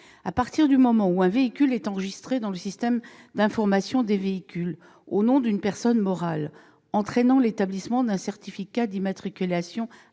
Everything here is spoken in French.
routière. Dès lors qu'un véhicule est enregistré dans le système d'immatriculation des véhicules au nom d'une personne morale, entraînant l'établissement d'un certificat d'immatriculation